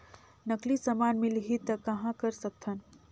नकली समान मिलही त कहां कर सकथन?